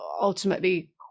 ultimately